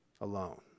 alone